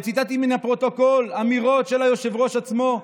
וציטטתי מהפרוטוקול אמירות של היושב-ראש עצמו,